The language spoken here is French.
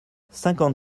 cinquante